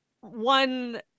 one